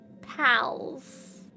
pals